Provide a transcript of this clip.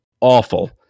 awful